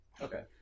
Okay